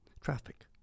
traffic